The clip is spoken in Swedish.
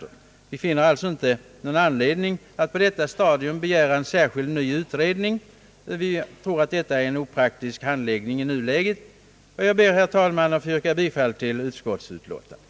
Vi anser därför att det inte finns någon anledning att på detta stadium begära en särskild, ny utredning. Vi tror att detta skulle vara en opraktisk handläggning i nuläget. Herr talman! Jag ber att få yrka bifall till utskottets hemställan.